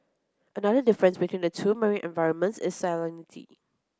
another difference between the two marine environments is